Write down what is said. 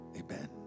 Amen